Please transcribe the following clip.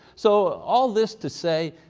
so all this to say,